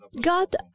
God